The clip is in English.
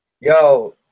Yo